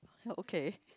okay